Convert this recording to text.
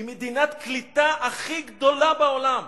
היא מדינת קליטה הכי גדולה בעולם.